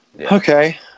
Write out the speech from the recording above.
Okay